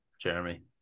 Jeremy